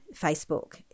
facebook